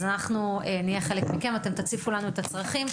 אז אנחנו נהיה חלק מכם, אתם תציפו לנו את הצרכים.